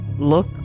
look